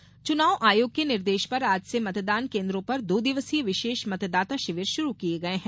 मतदाता शिविर चुनाव आयोग के निर्देश पर आज से मतदान केन्द्रों पर दो दिवसीय विशेष मतदाता शिविर शुरू किये गये हैं